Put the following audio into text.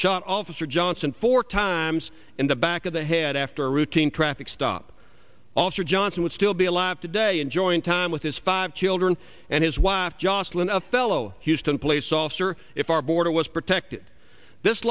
shot officer johnson four times in the back of the head after a routine traffic stop also johnson would still be alive today enjoying time with his five children and his wife jocelyn a fellow houston police officer if our border was protected this